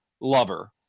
lover